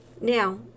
Now